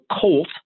colt